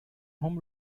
home